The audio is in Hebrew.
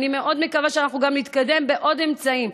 אני מאוד מקווה שאנחנו גם נתקדם בעוד אמצעים.